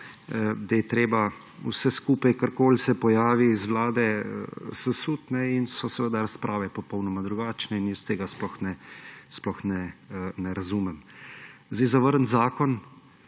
da je treba vse skupaj, karkoli se pojavi z Vlade, sesuti in so seveda razprave popolnoma drugačne in tega sploh ne razumem. Zavrniti zakon